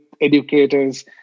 educators